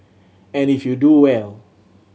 and if you do well